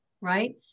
right